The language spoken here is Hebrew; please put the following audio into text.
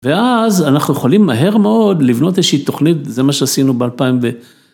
ואז אנחנו יכולים מהר מאוד לבנות איזושהי תוכנית, זה מה שעשינו באלפיים ו...